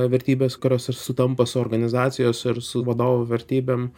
vertybės kurios ir sutampa su organizacijos ir su vadovo vertybėm